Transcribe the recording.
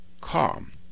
calm